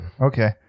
Okay